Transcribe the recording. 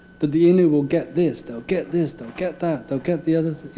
that the innu will get this, they'll get this, they'll get that, they'll get the other